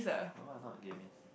no ah not Dennis